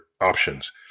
options